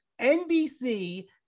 NBC